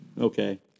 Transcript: okay